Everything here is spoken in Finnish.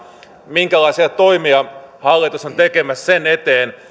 minkälaisia toimia hallitus on tekemässä sen eteen